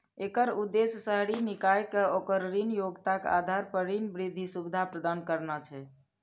एकर उद्देश्य शहरी निकाय कें ओकर ऋण योग्यताक आधार पर ऋण वृद्धि सुविधा प्रदान करना छै